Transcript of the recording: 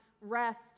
rest